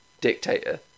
dictator